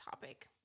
topic